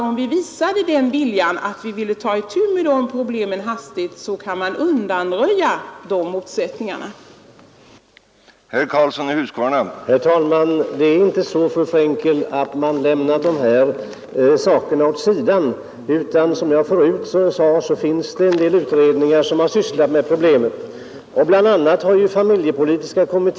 Om vi visade viljan att hastigt ta itu med de ensamståendes problem, kunde motsättningar undanröjas.